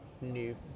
new